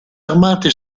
armate